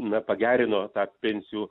nepagerino tą pensijų